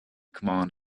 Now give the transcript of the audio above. command